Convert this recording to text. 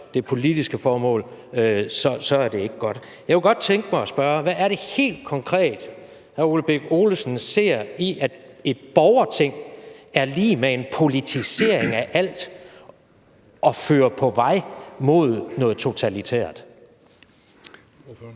det politiske formål gør det, så er det ikke godt. Jeg kunne godt tænke mig at spørge: I forhold til hvad er det helt konkret, hr. Ole Birk Olesen ser et borgerting være lig med en politisering af alt og en vej mod noget totalitært? Kl.